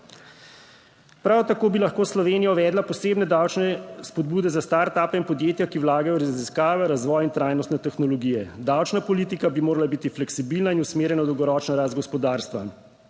Prav tako bi lahko Slovenija uvedla posebne davčne spodbude za Start upe in podjetja, ki vlagajo v raziskave, razvoj in trajnostne tehnologije. Davčna politika bi morala biti fleksibilna in usmerjena v dolgoročno rast gospodarstva,